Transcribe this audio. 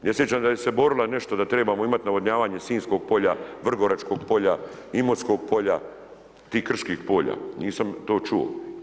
Ne sjećam da se je borila nešto, da je trebamo imati navodnjavanje Sinjskog polja, Vrgoračkog polja, Imotskog polja, tih kršnih polja, nisam to čuo.